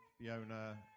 Fiona